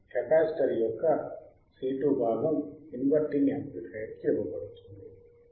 capacitor యొక్క C2 భాగం inverting amplifier కి ఇవ్వబడుతుంది